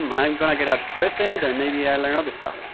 um i'm going to get a present, and maybe i learn other stuff.